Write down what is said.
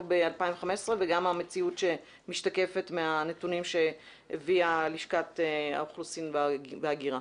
ב-2015 וגם המציאות שמשתקפת מהנתונים שהביאה לשכת האוכלוסין וההגירה.